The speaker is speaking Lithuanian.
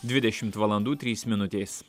dvidešimt valandų trys minutės